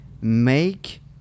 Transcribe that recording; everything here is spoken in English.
make